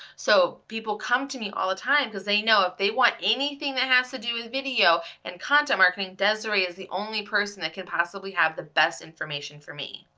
so people come to me all the time cause they know if they want anything that has to do with video and content marketing, desiree is the only person who could possibly have the best information for me.